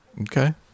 okay